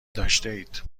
داشتهاید